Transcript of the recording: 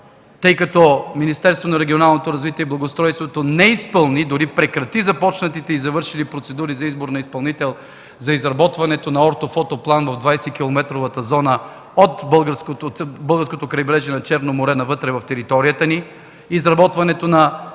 развитие и благоустройството не изпълни, дори прекрати започнатите и завършили процедури за избор на изпълнител за изработването на ортофотоплан в 20-километровата зона от българското крайбрежие на Черно море навътре в територията ни; изработването на